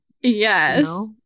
Yes